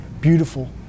beautiful